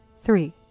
Three